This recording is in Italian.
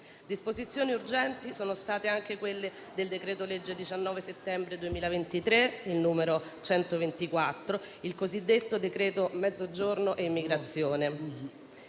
Disposizioni urgenti sono state anche quelle del decreto-legge 19 settembre 2023, n. 124, il cosiddetto decreto mezzogiorno e immigrazione,